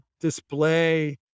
display